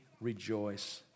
rejoice